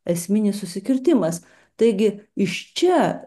esminis susikirtimas taigi iš čia